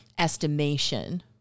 estimation